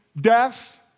death